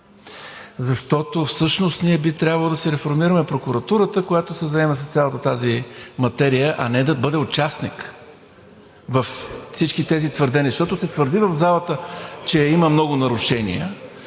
Защото всъщност ние би трябвало да си реформираме прокуратурата, която да се заеме с цялата тази материя, а не да бъде участник във всички тези твърдения. Защото се твърди в залата, че има много нарушения.